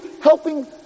helping